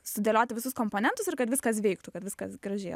sudėlioti visus komponentus ir kad viskas veiktų kad viskas gražiai at